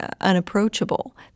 unapproachable